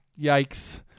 yikes